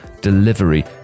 delivery